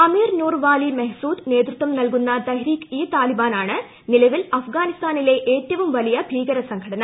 അമീർ നൂർ വാലി മെഹ്സൂദ് നേതൃത്വം നല്കുന്ന തഹ്രിക് താലിബാനാണ് നിലവിൽ അഫ്ഗാനിസ്ഥാനിലെ ഏറ്റവും വലിയ സംഘടന